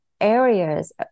areas